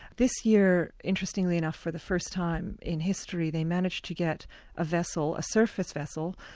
this year, interestingly enough for the first time in history, they managed to get a vessel, a surface vessel,